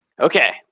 Okay